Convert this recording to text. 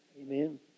Amen